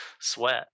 sweat